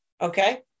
Okay